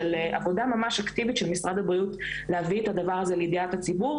עבודה ממש אקטיבית של משרד הבריאות להביא את הדבר הזה לידיעת הציבור,